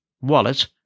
Wallet